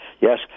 yes